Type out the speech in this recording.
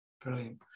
Brilliant